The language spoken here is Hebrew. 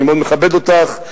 אני מאוד מכבד אותך,